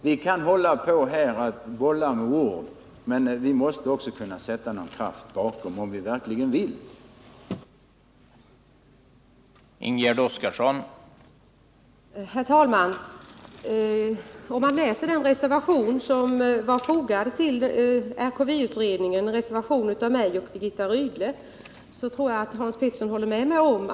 Vi kan hålla på att bolla med ord, men vi måste också, om vi verkligen vill, kunna sätta kraft bakom dem.